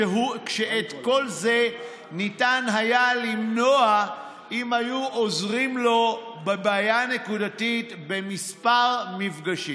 ואת כל זה ניתן היה למנוע לו היו עוזרים לו בבעיה נקודתית בכמה מפגשים,